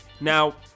Now